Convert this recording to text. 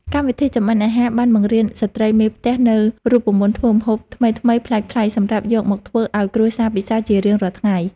កម្មវិធីចម្អិនអាហារបានបង្រៀនស្ត្រីមេផ្ទះនូវរូបមន្តធ្វើម្ហូបថ្មីៗប្លែកៗសម្រាប់យកមកធ្វើឱ្យគ្រួសារពិសារជារៀងរាល់ថ្ងៃ។